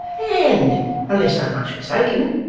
and unless i'm much mistaken,